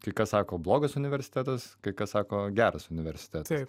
kai kas sako blogas universitetas kai kas sako geras universitetas